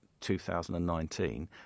2019